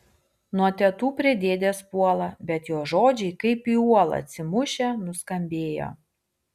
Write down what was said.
nuo tetų prie dėdės puola bet jo žodžiai kaip į uolą atsimušę nuskambėjo